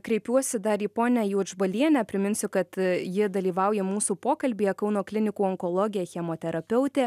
kreipiuosi dar į ponią juodžbalienę priminsiu kad ji dalyvauja mūsų pokalbyje kauno klinikų onkologė chemoterapeutė